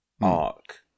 arc